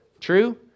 True